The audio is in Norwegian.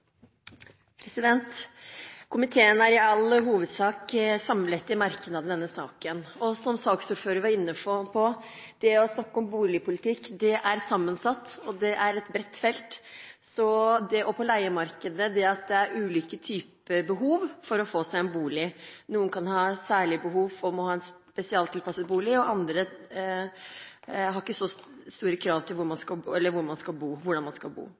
Komiteen står i all hovedsak samlet om merknadene i denne saken. Som saksordføreren var inne på: Boligpolitikk er et sammensatt og bredt felt. På leiemarkedet er det ulike typer behov for bolig. Noen kan ha særlige behov og må ha en spesialtilpasset bolig, mens andre ikke har så store krav til hvordan man